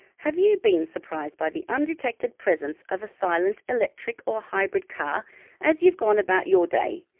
have you been surprised by the undetected presence of a silent electric or hybrid car as you've gone about your day?